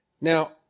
Now